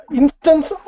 instance